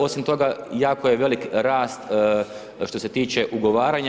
Osim toga, jako je velik rast što se tiče ugovaranja.